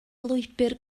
lwybr